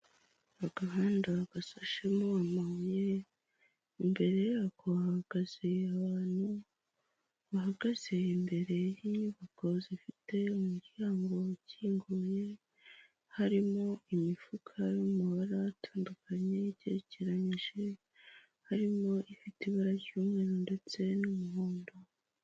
Agahanda gashashemo amabuye, imbere yako hahagaze abantu bahagaze imbere y'inyubako zifite umuryango ukinguye, harimo imifuka iri mu mabara atandukanye igerekeranyije harimo ifite ibara ry'umweru ndetse n'umuhondo.